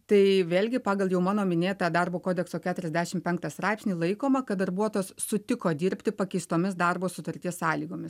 tai vėlgi pagal jau mano minėtą darbo kodekso keturiasdešim penktą straipsnį laikoma kad darbuotojas sutiko dirbti pakeistomis darbo sutarties sąlygomis